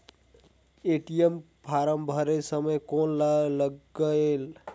ATM form भरे समय कौन का लगेल?